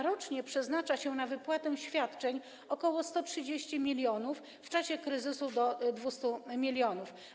Rocznie przeznacza się na wypłatę świadczeń ok. 130 mln, w czasie kryzysu do 200 mln.